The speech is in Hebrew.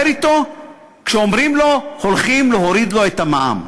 אתו כשאומרים לו שהולכים להוריד לו את המע"מ.